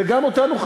וגם אותנו,